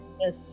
Yes